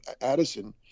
Addison